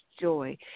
joy